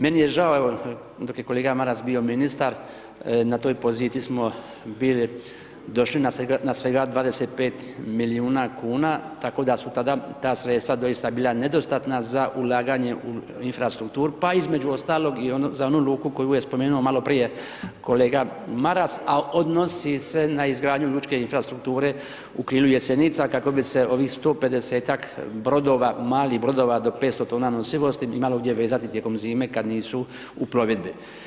Meni je žao evo, dok je kolega Maras bio ministar, na toj poziciji smo bili došli na svega 25 milijuna kn, tako da su tada ta sredstva doista bila nedostatna za ulaganje u infrastrukturu, pa između ostalog i za onu luku koji je spomenuo maloprije kolega Maras, a odnosi se na izgradnju lučke infrastrukture u ... Jesenica, kako bi se ovih 150-ak brodova, malih brodova, do 500 tona nosivosti imalo gdje vezati tijekom zime kad nisu u plovidbi.